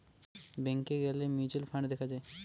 ব্যাংকে গ্যালে mutual fund দেখা যায়